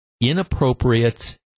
inappropriate